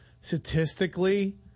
statistically